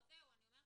זה לא רק הכסף,